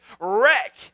wreck